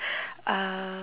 uh